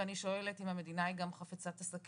ואני שואלת אם המדינה היא גם חפצת עסקים?